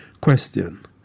question